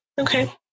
Okay